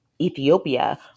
Ethiopia